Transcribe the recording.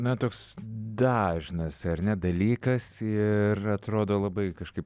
na toks dažnas ar ne dalykas ir atrodo labai kažkaip